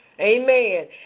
Amen